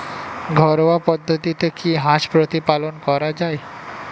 ঘরোয়া পদ্ধতিতে কি হাঁস প্রতিপালন করা যায়?